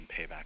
payback